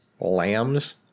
Lambs